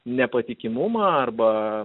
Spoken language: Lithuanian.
nepatikimumą arba